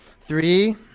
Three